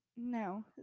No